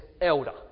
elder